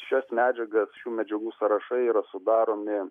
šias medžiagas šių medžiagų sąrašai yra sudaromi